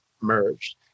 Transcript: merged